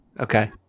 Okay